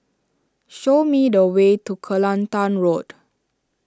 show me the way to Kelantan Road